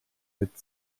mit